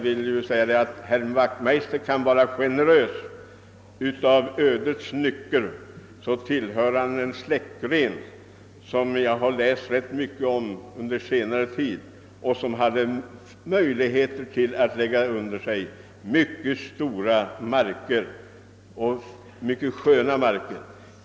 Herr Wachtmeister kan vara generös, därför att han av en ödets nyck tillhör en släktgren, om vilken jag har läst ganska mycket under senare tiden och som har haft möjlighet att lägga under sig mycket stora marker och mycket sköna marker.